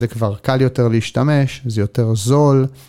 זה כבר קל יותר להשתמש, זה יותר זול.